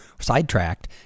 sidetracked